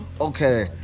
Okay